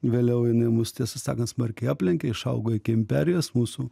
vėliau jinai mus tiesą sakant smarkiai aplenkė išaugo iki imperijos mūsų